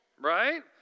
Right